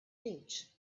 ditch